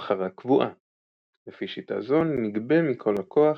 המחרה קבועה – לפי שיטה זו נגבה מכל לקוח